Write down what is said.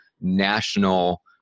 national